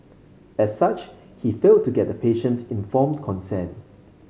as such he failed to get the patient's informed consent